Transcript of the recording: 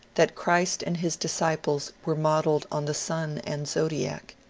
that christ and his disciples were modelled on the sun and zodiac.